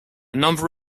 number